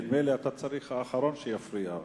נדמה לי שאתה האחרון שצריך להפריע.